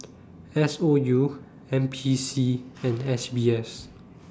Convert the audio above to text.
S O U N P C and S B S